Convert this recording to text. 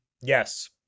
Yes